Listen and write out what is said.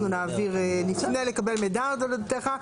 אנחנו נפנה לקבל מידע על אודותיך,